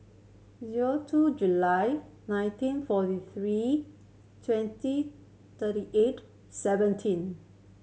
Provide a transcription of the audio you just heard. zero two July nineteen forty three twenty thirty eight seventeen